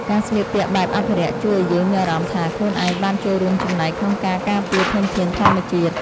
ការស្លៀកពាក់បែបអភិរក្សជួយឱ្យយើងមានអារម្មណ៍ថា ខ្លួនឯងបានចូលរួមចំណែកក្នុងការការពារធនធានធម្មជាតិ។